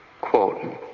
Quote